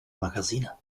magazine